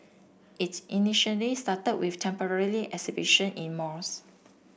it's initially started with temporary exhibition in malls